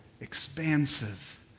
expansive